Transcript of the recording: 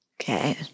Okay